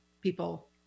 people